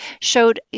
showed